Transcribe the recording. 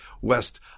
west